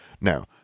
Now